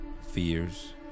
fears